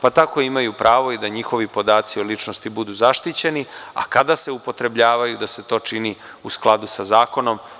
Pa, tako imaju pravo i da njihovi podaci o ličnosti budu zaštićeni, a kada se upotrebljavaju da se to čini u skladu sa zakonom.